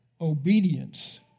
obedience